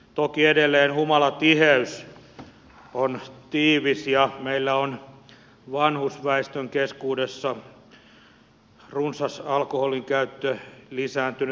toki edelleen humalatiheys on tiivis ja meillä on vanhusväestön keskuudessa runsas alkoholinkäyttö lisääntynyt